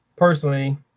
Personally